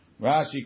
Rashi